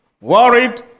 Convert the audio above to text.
worried